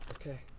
Okay